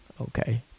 okay